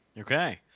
okay